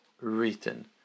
written